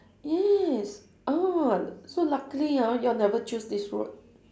yes uh so luckily ah you all never choose this route